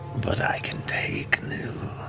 but i can take new.